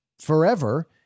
forever